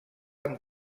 amb